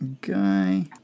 guy